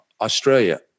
Australia